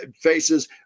faces